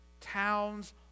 towns